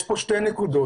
יש כאן שתי נקודות.